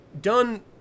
done